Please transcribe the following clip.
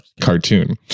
cartoon